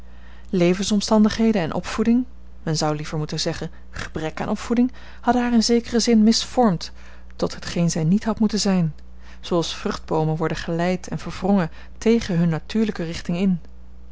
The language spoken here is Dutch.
levensomstandigheden en opvoeding men zou liever moeten zeggen gebrek aan opvoeding hadden haar in zekeren zin misvormd tot hetgeen zij niet had moeten zijn zooals vruchtboomen worden geleid en verwrongen tegen hunne natuurlijke richting in